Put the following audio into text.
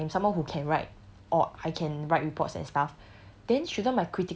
usually if let's say I'm someone who can write or I can write reports and stuff